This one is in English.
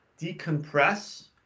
decompress